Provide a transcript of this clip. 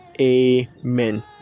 amen